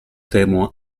temo